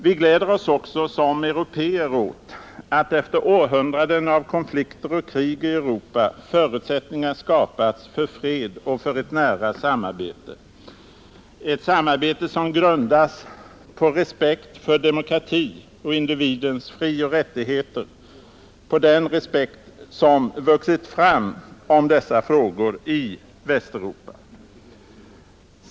Vi gläder oss också som européer åt att efter århundraden av konflikter och krig i Europa förutsättningar skapats för fred och för ett nära samarbete — ett samarbete, som grundas på den respekt för demokrati och individens frioch rättigheter, som vuxit fram i Västeuropa.